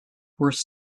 worse